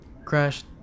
Crash